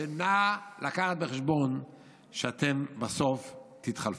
ונא לקחת בחשבון שאתם בסוף תתחלפו.